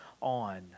on